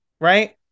right